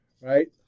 Right